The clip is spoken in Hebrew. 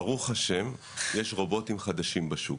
ברוך השם, יש רובוטים חדשים בשוק,